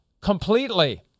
Completely